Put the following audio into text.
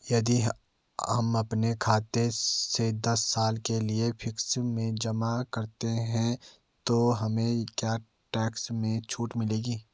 यदि हम अपने खाते से दस साल के लिए फिक्स में जमा करते हैं तो हमें क्या टैक्स में छूट मिलेगी?